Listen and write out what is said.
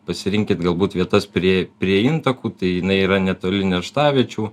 pasirinkit galbūt vietas prie prie intakų tai jinai yra netoli nerštaviečių